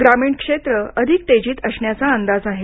ग्रामीण क्षेत्र अधिक तेजीत असण्याचा अंदाज आहे